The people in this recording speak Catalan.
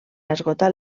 esgotar